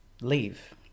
leave